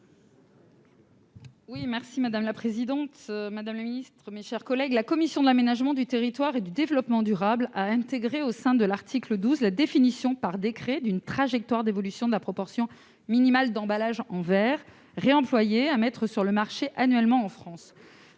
La commission de l'aménagement du territoire et du développement durable a intégré, au sein de l'article 12, la définition par décret d'une trajectoire d'évolution de la proportion minimale d'emballages en verre réemployés à mettre sur le marché annuellement en France.